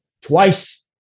twice